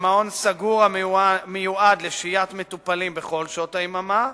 במעון סגור המיועד לשהיית מטופלים בכל שעות היממה,